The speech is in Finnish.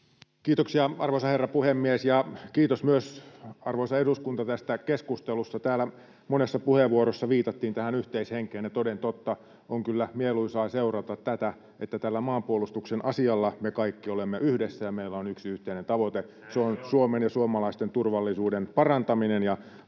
Kiitoksia, arvoisa herra puhemies! Kiitos myös, arvoisa eduskunta, tästä keskustelusta. Täällä monessa puheenvuorossa viitattiin tähän yhteishenkeen, ja toden totta, on kyllä mieluisaa seurata tätä, että tällä maanpuolustuksen asialla me kaikki olemme yhdessä ja meillä on yksi yhteinen tavoite: [Vasemmalta: Näin se on!] Suomen ja suomalaisten turvallisuuden parantaminen ja